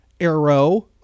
Arrow